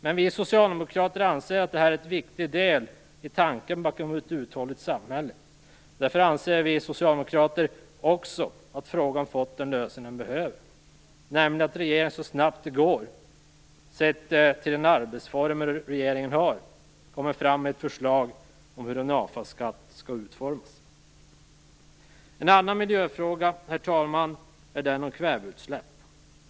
Men vi socialdemokrater anser att det här är en viktig del i tanken bakom ett uthålligt samhälle. Därför anser vi socialdemokrater också att frågan har fått den lösning som den behöver, nämligen att regeringen så snabbt som möjligt - utifrån de arbetsformer som regeringen har - kommer med ett förslag om hur en avfallsskatt skall utformas. En annan miljöfråga, herr talman, gäller kväveutsläpp.